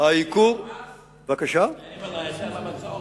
מעבר להיטל הבצורת?